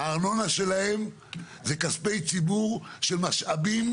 הארנונה שלהם זה כספי ציבור של משאבים